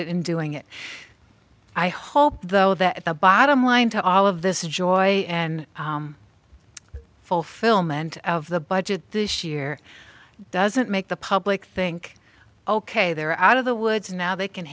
it in doing it i hope though that the bottom line to all of this joy and fulfillment of the budget this year doesn't make the public think ok they're out of the woods now they can